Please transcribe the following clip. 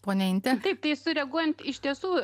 ponia inte taip tai sureaguojant iš tiesų